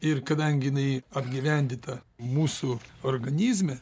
ir kadangi jinai apgyvendita mūsų organizme